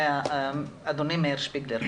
אדוני מאיר שפיגלר.